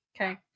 Okay